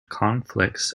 conflicts